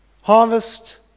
harvest